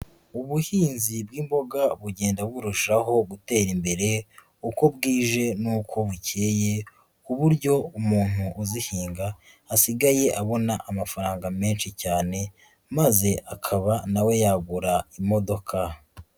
Ubuhinzi bw'imboga bugenda burushaho gutera imbere uko bwije n'uko bukeye, ku buryo umuntu uzihinga asigaye abona amafaranga menshi cyane, maze akaba na yagura imodoka.